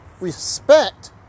respect